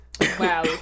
Wow